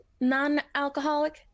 non-alcoholic